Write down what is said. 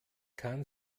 kann